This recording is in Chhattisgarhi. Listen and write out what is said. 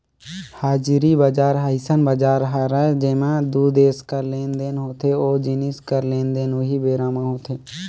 हाजिरी बजार ह अइसन बजार हरय जेंमा दू देस कर लेन देन होथे ओ जिनिस कर लेन देन उहीं बेरा म होथे